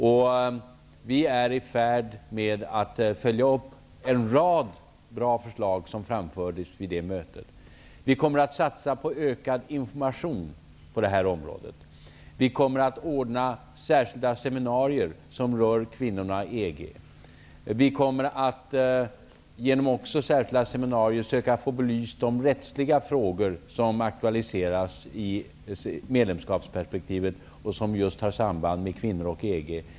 Vi är nu i färd med att följa upp en rad bra förslag som framfördes under mötet. Vi kommer att satsa på ökad information. Vi kommer att anordna särskilda seminarier som gäller kvinnorna i EG. På särskilda seminarier kommer vi också att försöka belysa de rättsliga frågor som aktualiseras i ett medlemskapsperspektiv och som har samband med kvinnor och EG.